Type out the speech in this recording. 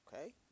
Okay